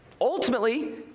ultimately